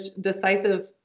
decisive